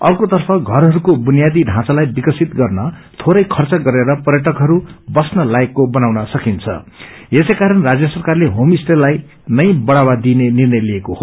अर्कोतर्फ घरहरूको बुयिादी ढाँचालाई विकसित गर्न थोरै खर्च गरेर पर्यटकहरू बस्न लायकको बनाउन सकिन्छं यसैकारण राज्य सरकारले होमस्टेलाई नै बढ़ावा दिइने निर्णय लिएको हो